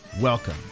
Welcome